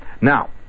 Now